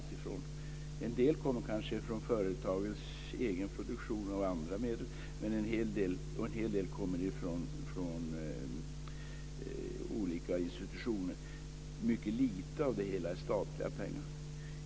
En del av pengarna kommer kanske från företagens egen produktion av andra medel, och en hel del kommer från olika institutioner. Mycket lite av det hela är statliga pengar.